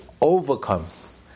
overcomes